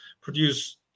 produce